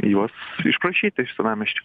juos išprašyti iš senamiesčio